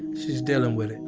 she's dealing with